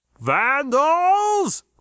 VANDALS